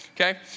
okay